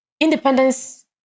independence